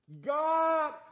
God